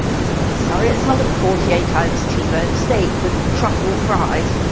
yes. i'm sorry it's not a forty eight times t bone steak with truffle fries. but